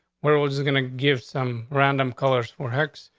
where was gonna give some random colors for hex?